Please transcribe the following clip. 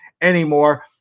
anymore